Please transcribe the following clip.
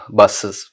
buses